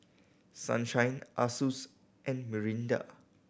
Sunshine Asus and Mirinda